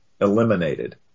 eliminated